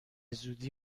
زودی